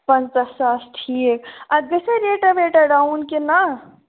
پَنٛژاہ ساس ٹھیٖک اَتھ گَژھیٛا ریٚٹاہ ویٚٹاہ ڈاوُن کِنہٕ نا